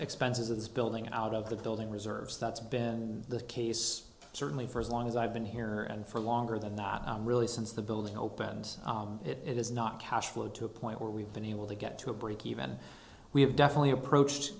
this building out of the building reserves that's been the case certainly for as long as i've been here and for longer than that really since the building opened it is not cash flow to a point where we've been able to get to a breakeven we have definitely approached